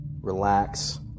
relax